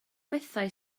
bethau